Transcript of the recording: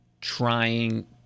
trying